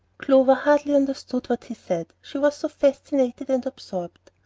clover hardly understood what he said she was so fascinated and absorbed.